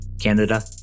Canada